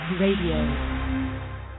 Radio